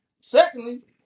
Secondly